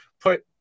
put